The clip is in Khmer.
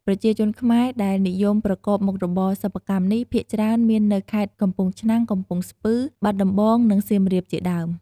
ប្រជាជនខ្មែរដែលនិយមប្រកបមុខរបរសិប្បកម្មនេះភាគច្រើនមាននៅខេត្តកំពង់ឆ្នាំង កំពង់ស្ពឺ បាត់ដំបងនិងសៀមរាបជាដើម។